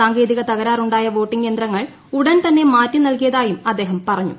സാങ്കേതിക തകരാറുണ്ടായ വോട്ടിങ്ങ് യന്ത്രങ്ങൾ ഉടൻ തന്നെ മാറ്റി നൽകിയതായും അദ്ദേഹം പറഞ്ഞു